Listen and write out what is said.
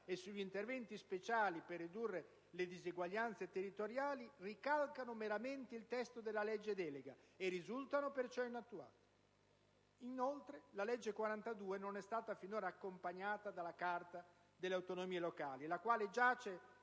e sugli interventi speciali per ridurre le diseguaglianze territoriali ricalcano meramente il testo della legge delega, e risultano perciò inattuate. Inoltre, la legge 42 non è stata finora accompagnata dalla Carta delle autonomie locali, la quale giace